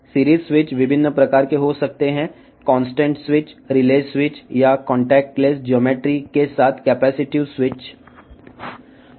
series స్విచ్లలో contact switch relay switch లేదా contact లేని జ్యామితి తో కెపాసిటివ్ స్విచ్ మున్నగు రకాలు కలవు